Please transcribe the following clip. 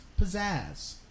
pizzazz